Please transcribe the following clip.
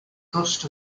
trust